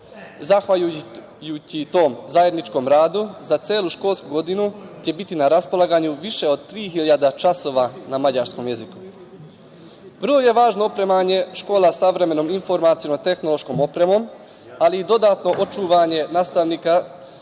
Zahvaljujući tom zajedničkom radu za celu školsku godinu će biti na raspolaganju više od 3.000 časova na mađarskom jeziku. Vrlo je važno opremanje škola savremenom informaciono tehnološkom opremom, ali i dodatno obučavanje nastavnika